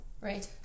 Right